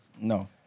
No